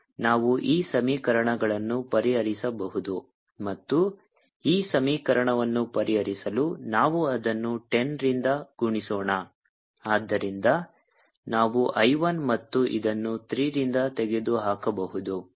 ಆದ್ದರಿಂದ ನಾವು ಈ ಸಮೀಕರಣಗಳನ್ನು ಪರಿಹರಿಸಬಹುದು ಮತ್ತು ಈ ಸಮೀಕರಣವನ್ನು ಪರಿಹರಿಸಲು ನಾವು ಅದನ್ನು 10 ರಿಂದ ಗುಣಿಸೋಣ ಆದ್ದರಿಂದ ನಾವು I 1 ಮತ್ತು ಇದನ್ನು 3 ರಿಂದ ತೆಗೆದುಹಾಕಬಹುದು